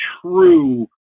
true